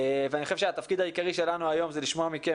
ואני חושב שהתפקיד העיקרי שלנו היום זה לשמוע מכם